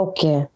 Okay